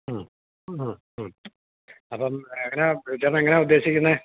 ആ അ ആ അപ്പോള് എങ്ങനെയാണ് ബിജു ചേട്ടനെങ്ങനെയാണ് ഉദ്ദേശിക്കുന്നത്